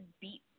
beat